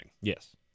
yes